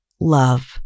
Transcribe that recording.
love